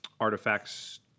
artifacts